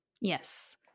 Yes